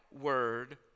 word